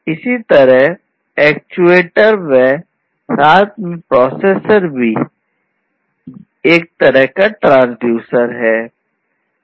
इसी तरह एक्चुएटर व साथ में प्रोसेसर भी एक ट्रांसड्यूसर है